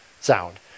sound